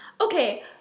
Okay